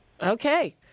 Okay